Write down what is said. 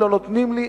לא נותנים לי,